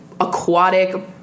aquatic